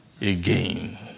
again